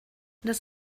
das